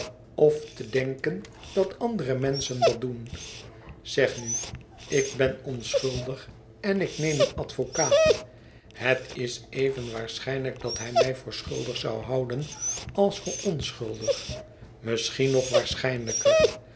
of te denken dat andere menschen dat doen zeg nu ik ben onschuldig en ik neem een advocaat het is even waarschijnlijk dat hij mij voor schuldig zou houden als voor onschuldig misschien nog waarschijnlijker